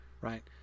right